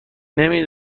نمی